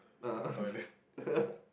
ah ah